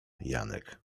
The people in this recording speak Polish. janek